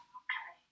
okay